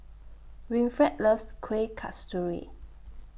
Winfred loves Kueh Kasturi